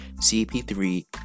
CP3